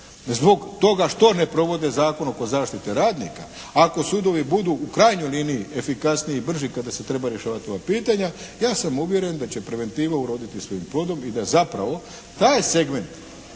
zbog toga što ne provode Zakon oko zaštite radnika, ako sudovi budu u krajnjoj liniji efikasniji i brži kada se treba rješavati ova pitanja ja sam uvjeren da će preventiva uroditi svojim plodom i da zapravo taj segment